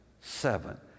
seven